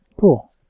Cool